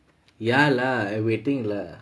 ya lah I waiting lah